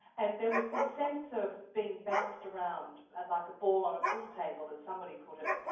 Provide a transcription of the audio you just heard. and there was this sense of being bounced around like a ball on a pool table, as somebody put it,